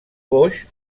boix